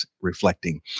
reflecting